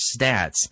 stats